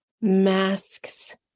Masks